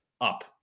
up